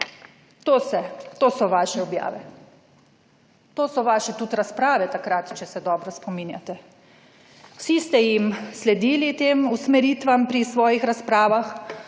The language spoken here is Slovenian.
To so vaše objave, to so vaše tudi razprave takrat, če se dobro spominjate. Vsi ste jim sledili tem usmeritvam pri svojih razpravah,